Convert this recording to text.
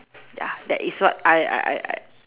ya that it is what I I I I